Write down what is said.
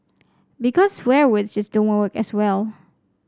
because swear words just don't work as well